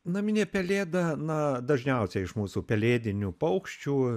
naminė pelėda na dažniausiai iš mūsų pelėdinių paukščių